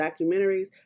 documentaries